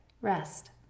Rest